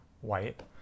White